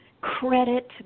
credit